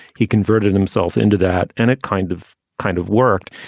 he converted himself into that. and it kind of kind of worked.